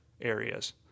areas